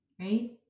right